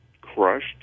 crushed